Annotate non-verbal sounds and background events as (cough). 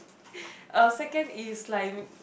(breath) uh second is like